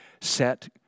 set